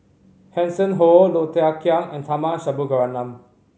Hanson Ho Low Thia Khiang and Tharman Shanmugaratnam